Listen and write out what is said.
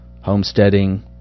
homesteading